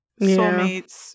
soulmates